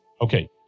okay